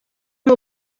una